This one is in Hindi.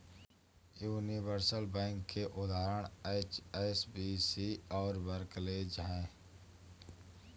यूनिवर्सल बैंक के उदाहरण एच.एस.बी.सी और बार्कलेज हैं